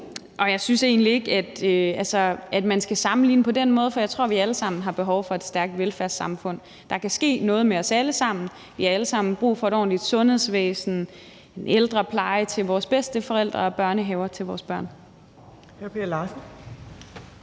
og jeg synes egentlig ikke, at man skal sammenligne på den måde. For jeg tror, vi alle sammen har behov for et stærkt velfærdssamfund. Der kan ske noget med os alle sammen. Vi har alle sammen brug for et ordentligt sundhedsvæsen, en ældrepleje til vores bedsteforældre og børnehaver til vores børn. Kl. 14:32